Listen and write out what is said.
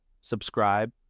subscribe